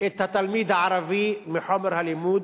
את התלמיד הערבי מחומר הלימוד,